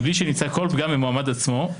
מבלי שנמצא כל פגם במועמד עצמו,